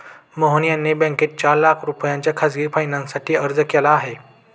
मोहन यांनी बँकेत चार लाख रुपयांच्या खासगी फायनान्ससाठी अर्ज केला आहे